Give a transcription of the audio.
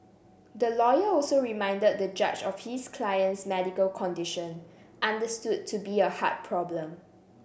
the lawyer also reminded the judge of his client's medical condition understood to be a heart problem